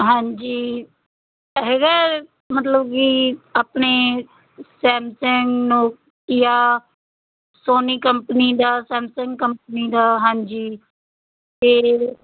ਹਾਂਜੀ ਹੈਗਾ ਮਤਲਬ ਕਿ ਆਪਣੇ ਸੈਮਸੰਗ ਨੋਕੀਆ ਸੋਨੀ ਕੰਪਨੀ ਦਾ ਸੈਮਸੰਗ ਕੰਪਨੀ ਦਾ ਹਾਂਜੀ ਅਤੇ